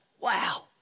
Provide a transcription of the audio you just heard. wow